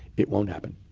it won't happen.